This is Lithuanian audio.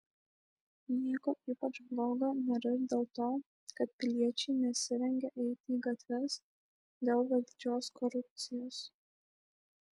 nieko ypač blogo nėra ir dėl to kad piliečiai nesirengia eiti į gatves dėl valdžios korupcijos